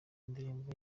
ndirimbo